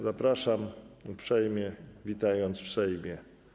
Zapraszam uprzejmie, witając w Sejmie.